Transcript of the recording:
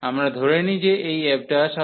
আমরা ধরে নিই যে এই fxg